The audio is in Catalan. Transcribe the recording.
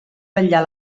vetllar